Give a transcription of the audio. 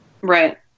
Right